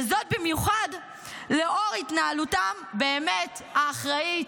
וזאת במיוחד לאור התנהלותם באמת האחראית,